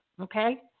Okay